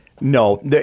No